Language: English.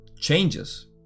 changes